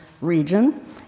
region